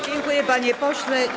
Dziękuję, panie pośle.